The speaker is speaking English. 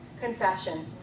Confession